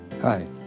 Hi